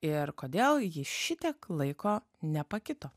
ir kodėl ji šitiek laiko nepakito